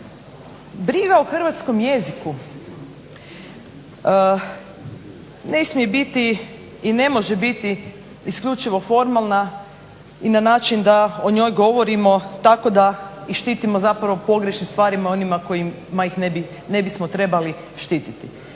Briga o hrvatskom jeziku ne smije biti i ne može biti isključivo formalna i na način da o njoj govorimo tako da i štitimo zapravo pogrešnim stvarima onima kojima ih ne bismo trebali štititi.